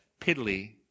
piddly